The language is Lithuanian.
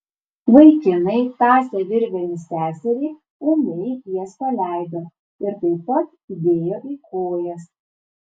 vaikinai tąsę virvėmis seserį ūmai jas paleido ir taip pat dėjo į kojas